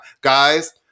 Guys